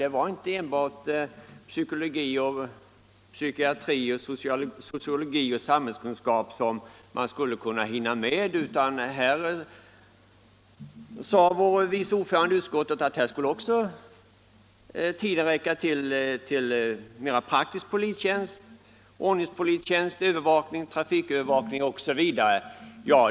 Det var inte enbart psykologi, psykiatri, sociologi och samhällskunskap som man skulle hinna med, utan vår vice ordförande i utskottet sade att tiden också skulle räcka till mer praktisk polistjänst: ordningspolistjänst, övervakning, trafikövervakning osv.